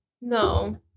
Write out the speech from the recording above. No